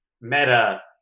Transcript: Meta